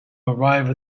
arrive